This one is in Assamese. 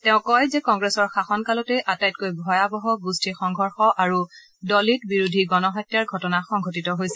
তেওঁ কয় যে কংগ্ৰেছৰ শাসন কালতেই আটাইতকৈ ভয়াৱহ গোষ্ঠীসংঘৰ্ষ আৰু দলিত বিৰোধী গণ হত্যাৰ ঘটনা সংঘটিত হৈছে